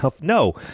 no